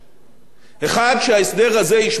שההסדר הזה ישמור על האינטרסים של המדינה,